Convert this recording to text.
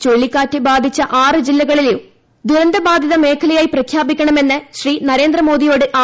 ചുഴലിക്കാറ്റ് ബാധിച്ചു ആറ് ജില്ലകളെയും ദുരന്തബാധിത മേഖലയായി പ്രഖ്യാപിക്കണമെന്ന് നരേന്ദ്രമോദിയോട് ശ്രീ